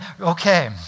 okay